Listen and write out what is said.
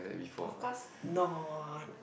of course not